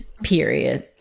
Period